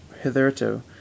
hitherto